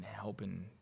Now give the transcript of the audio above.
helping